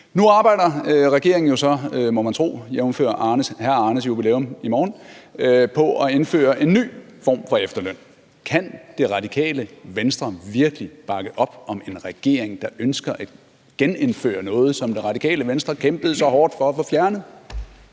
Nu arbejder regeringen jo så på, må man tro – jævnfør hr. Arnes jubilæum i morgen – at indføre en ny form for efterløn. Kan Det Radikale Venstre virkelig bakke op om en regering, der ønsker at genindføre noget, som Det Radikale Venstre kæmpede så hårdt for at få fjernet?